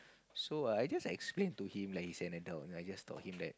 so I just explain to him like he's an adult I just taught him that